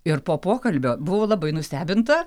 ir po pokalbio buvau labai nustebinta